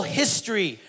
history